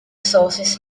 sources